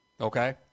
Okay